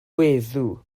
weddw